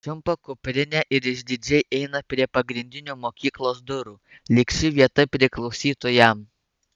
čiumpa kuprinę ir išdidžiai eina prie pagrindinių mokyklos durų lyg ši vieta priklausytų jam